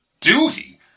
Duty